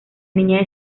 niña